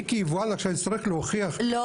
אני כיבואן עכשיו אצטרך להוכיח שבבשר הגולמי